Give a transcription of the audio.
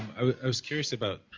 i was curious about